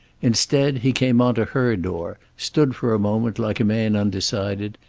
instead, he came on to her door, stood for a moment like a man undecided,